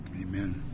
Amen